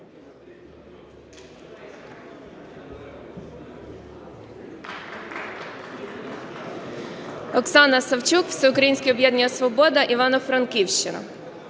Оксана Савчук, Всеукраїнське об'єднання "Свобода", Івано-Франківщина.